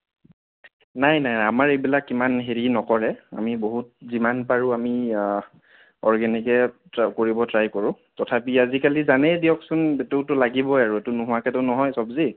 নাই নাই আমাৰ এইবিলাক ইমান হেৰি নকৰে আমি বহুত যিমান পাৰোঁ আমি অৰ্গেনিকে কৰিব ট্ৰাই কৰোঁ তথাপি আজিকালি জানেই দিয়কছোন এইটোতো লাগিবই আৰু এইটো নোহোৱাকেতো নহয় চবজি